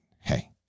hey